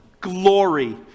glory